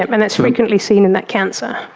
and that's frequently seen in that cancer,